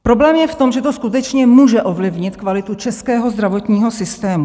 Problém je v tom, že to skutečně může ovlivnit kvalitu českého zdravotního systému.